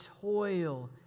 toil